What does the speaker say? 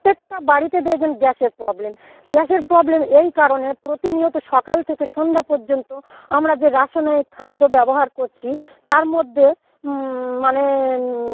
প্রত্যেকটা বাড়িতে দেকবেন গ্যাসের প্রবলেম গ্যাসের প্রবলেম এই কারণে প্রতিনিয়ত সকাল থেকে সন্ধ্যা পর্যন্ত আমরা যে রাসায়নিক খাদ্য ব্যবহার করছি তার মধ্যে মানে